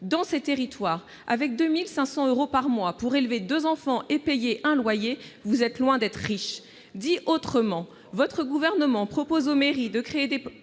Dans ces territoires, avec 2 500 euros par mois pour élever deux enfants et payer un loyer, vous êtes loin d'être riches ! Dit autrement, ce gouvernement propose aux mairies de créer des